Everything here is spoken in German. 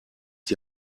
die